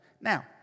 Now